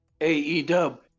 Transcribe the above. AEW